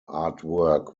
artwork